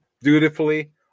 dutifully